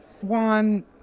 one